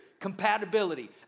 compatibility